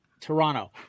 Toronto